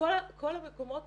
כל המקומות